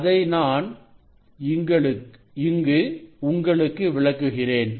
அதை நான் இங்கு உங்களுக்கு விளக்குகிறேன்